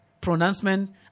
Pronouncement